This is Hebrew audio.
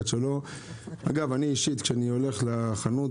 שלו - אגב אני אישית כשהולך לחנות,